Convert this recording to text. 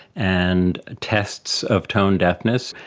and ah tests of tone deafness,